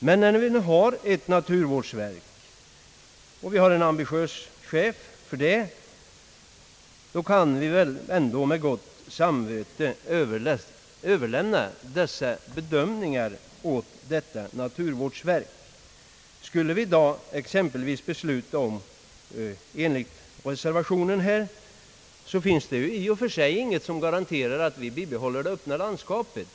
Men när vi nu har ett naturvårdsverk med en ambitiös chef i spetsen kan vi väl ändå med gott samvete överlämna dessa bedömningar åt detta verk. Skulle vi i dag exempelvis besluta i enlighet med reservationen, så finns det i och för sig inga garantier för att vi bibehåller det öppna landskapet.